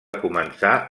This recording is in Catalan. començar